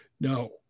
No